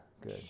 good